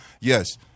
yes